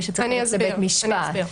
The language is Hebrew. וצריך ללכת לבית משפט,